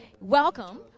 welcome